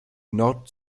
nord